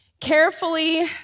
Carefully